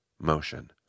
motion